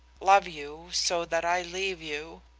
love you so that i leave you.